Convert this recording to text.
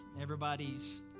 everybody's